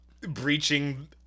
breaching